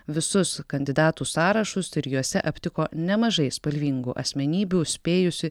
visus kandidatų sąrašus ir juose aptiko nemažai spalvingų asmenybių spėjusių